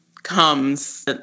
comes